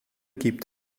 gibt